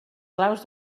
claus